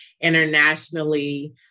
internationally